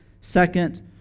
Second